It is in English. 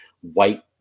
white